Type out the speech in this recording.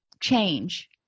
change